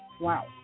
Wow